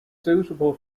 suitable